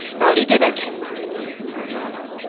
brawlie did i ken steenie, puir fallow,